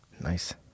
nice